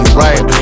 right